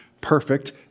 perfect